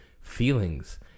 Feelings